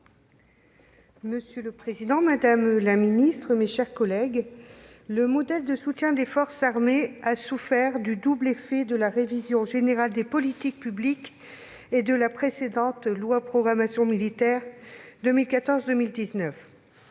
Monsieur le président, madame la ministre, mes chers collègues, le modèle de soutien des forces armées a souffert du double effet de la révision générale des politiques publiques et de la précédente loi relative à la programmation militaire pour